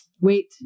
Wait